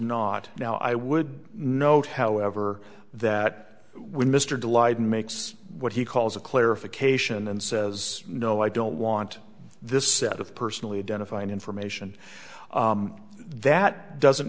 not now i would note however that when mr delighted makes what he calls a clarification and says no i don't want this set of personally identifying information that doesn't